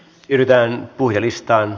arvoisa puhemies